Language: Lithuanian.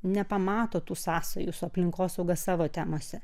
nepamato tų sąsajų su aplinkosauga savo temose